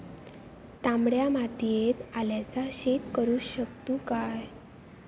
तामड्या मातयेत आल्याचा शेत करु शकतू काय?